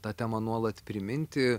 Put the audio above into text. tą temą nuolat priminti